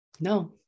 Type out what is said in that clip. No